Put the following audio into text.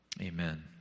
Amen